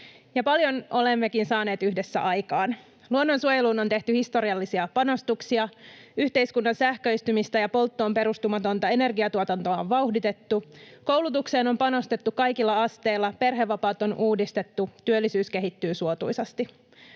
paljon olemmekin saaneet yhdessä aikaan: Luonnonsuojeluun on tehty historiallisia panostuksia, yhteiskunnan sähköistymistä ja polttoon perustumatonta energiantuotantoa on vauhditettu, koulutukseen on panostettu kaikilla asteilla, perhevapaat on uudistettu, työllisyys kehittyy suotuisasti.